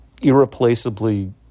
irreplaceably